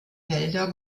felder